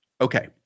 Okay